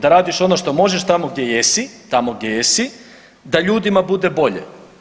Da radiš ono što možeš tamo gdje jesi, tamo gdje jesi, da ljudima bude bolje.